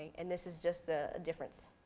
and this is just a difference.